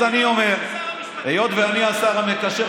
אז אני אומר: היות שאני השר המקשר,